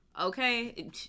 okay